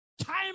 time